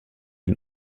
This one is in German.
den